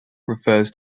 refers